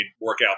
workout